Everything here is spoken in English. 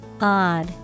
Odd